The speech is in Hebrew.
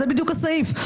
זהו, בדיוק, הסעיף.